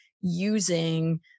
using